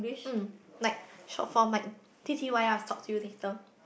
mm like short form like T_T_Y_L talk to you later